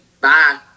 Bye